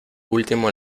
último